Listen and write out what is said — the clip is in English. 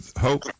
hope